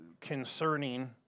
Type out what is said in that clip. concerning